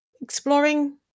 exploring